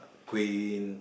queen